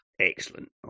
Excellent